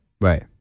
Right